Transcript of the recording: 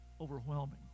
overwhelming